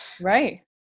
right